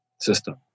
system